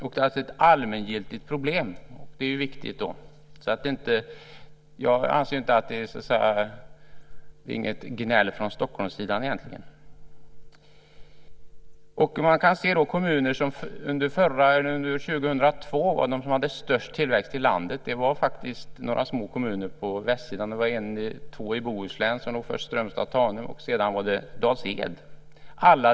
Det är alltså ett allmängiltigt problem, vilket är viktigt. Jag anser inte att det egentligen handlar om gnäll från Stockholmssidan. De kommuner som under 2002 hade störst tillväxt i landet var några små kommuner på västsidan. Det var två i Bohuslän som låg först, Strömstad och Tanum, och sedan var det Dals-Ed.